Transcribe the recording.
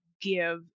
give